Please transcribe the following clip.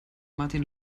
martin